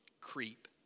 creep